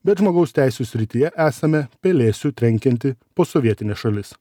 bet žmogaus teisių srityje esame pelėsiu trenkianti posovietinė šalis